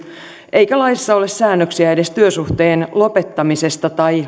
eikä laissa ole säännöksiä edes työsuhteen lopettamisesta tai